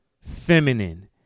feminine